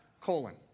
colon